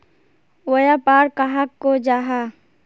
व्यापार कहाक को जाहा?